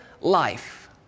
life